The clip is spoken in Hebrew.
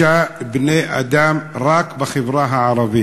אדוני היושב-ראש, 26 בני-אדם רק בחברה הערבית.